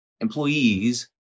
employees